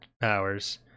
powers